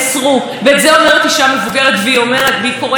זו בעיה של כולנו בקהילה ובמדינה.